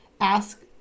Ask